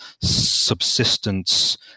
subsistence